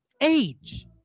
age